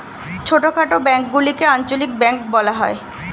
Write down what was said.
ছোটখাটো ব্যাঙ্কগুলিকে আঞ্চলিক ব্যাঙ্ক বলা হয়